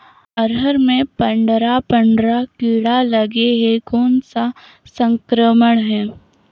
अरहर मे पंडरा पंडरा कीरा लगे हे कौन सा संक्रमण हे?